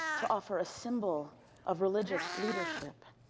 to offer a symbol of religious leadership